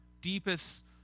deepest